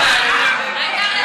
העיקר לדבר.